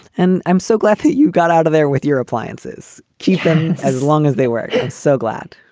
and i'm so glad that you got out of there with your appliances. keep them as long as they were so glad.